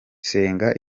senga